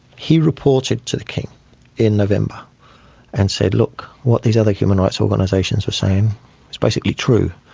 he reported to the king in november and said, look, what these other human rights organisations are saying is basically true.